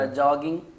jogging